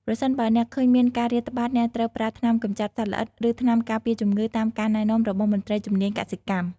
ប្រសិនបើអ្នកឃើញមានការរាតត្បាតអ្នកត្រូវប្រើថ្នាំកម្ចាត់សត្វល្អិត ឬ ថ្នាំការពារជំងឺ តាមការណែនាំរបស់មន្ត្រីជំនាញកសិកម្ម។